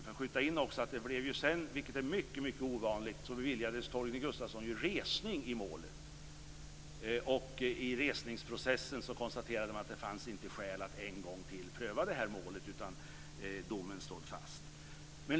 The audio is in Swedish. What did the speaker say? Får jag skjuta in att Torgny Gustafsson beviljades, vilket är mycket ovanligt, resning i målet. I resningsprocessen konstaterades att det inte fanns skäl att en gång till pröva det här målet, utan domen stod fast.